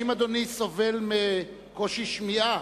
האם אדוני סובל מקושי שמיעה?